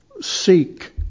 seek